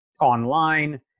online